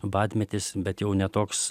badmetis bet jau ne toks